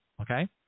Okay